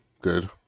good